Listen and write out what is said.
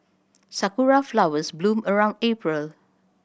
sakura flowers bloom around April